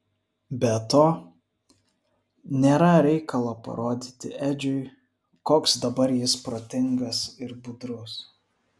be to nėra reikalo parodyti edžiui koks dabar jis protingas ir budrus